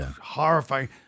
horrifying